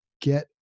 get